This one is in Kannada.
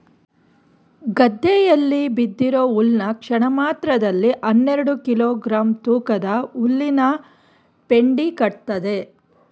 ಗದ್ದೆಯಲ್ಲಿ ಬಿದ್ದಿರೋ ಹುಲ್ನ ಕ್ಷಣಮಾತ್ರದಲ್ಲಿ ಹನ್ನೆರೆಡು ಕಿಲೋ ಗ್ರಾಂ ತೂಕದ ಹುಲ್ಲಿನಪೆಂಡಿ ಕಟ್ತದೆ